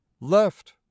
left